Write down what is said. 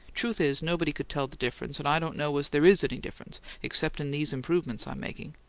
truth is, nobody could tell the difference, and i don't know as there is any difference except in these improvements i'm making.